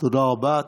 תודה רבה.